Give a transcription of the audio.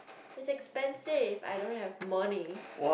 it's expensive I don't have money